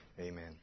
amen